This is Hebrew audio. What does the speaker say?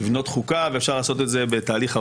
לבנות חוקה, ואפשר לעשות את זה בתהליך ארוך,